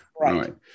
right